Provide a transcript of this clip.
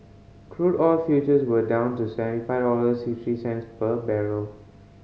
crude oil futures were down to seven five dollars six three cents per barrel